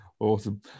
Awesome